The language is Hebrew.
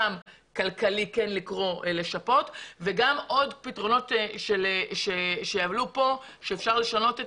גם לקרוא לשפות וגם עוד פתרונות שיעלו כאן לפיהם אפשר לשנות את